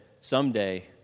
someday